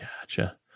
gotcha